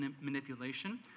manipulation